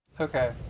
Okay